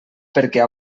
perquè